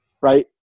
Right